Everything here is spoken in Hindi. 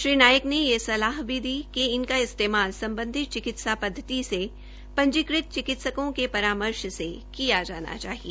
श्री नाईक ने यह सलाह भी दी कि इनका इस्तेमाल सम्बंधित चिक्तिसा पद्वति से पंजीकृत चिकित्सकों के परामर्श से किया जाना चाहिए